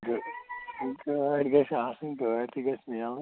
گٲ گٲڑۍ گَژھِ آسٕنۍ گٲڑۍ تہِ گَژھِ میلٕنۍ